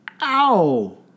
Ow